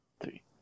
three